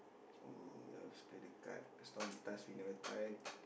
um that was play the card just now we task we never try